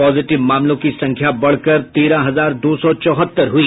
positive मामलों की संख्या बढ़कर तेरह हजार दो सौ चौहत्तर हुई